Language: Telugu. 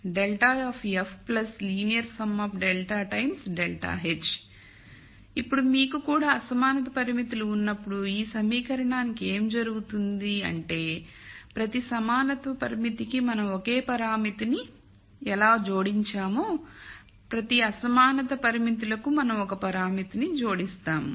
∇ of f linear sum of λ times ∇ h ఇప్పుడు మీకు కూడా అసమానత పరిమితులు ఉన్నప్పుడు ఈ సమీకరణానికి ఏమి జరుగుతుంది అంటే ప్రతి సమానత్వ పరిమితికి మనం ఒకే పరామితిని ఎలా జోడించామొ ప్రతి అసమానత పరిమితులకు మనం ఒక పరామితిని జోడిస్తాము